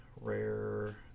Rare